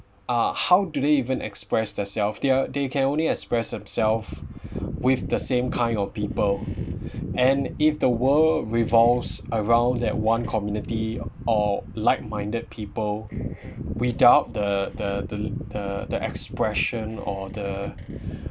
uh how do they even expressed theirself their they can only express themself with the same kind of people and if the world revolves around that one community or like minded people without the the the the the expression or the